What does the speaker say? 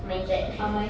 mindset